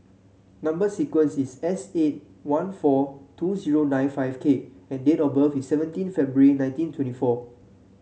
number sequence is S eight one four two zero nine five K and date of birth is seventeen February nineteen twenty four